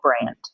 brand